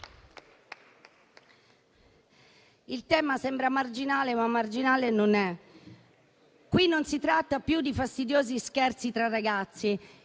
Il tema sembra marginale, ma marginale non è. Non si tratta più di fastidiosi scherzi tra ragazzi.